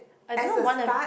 I don't know what if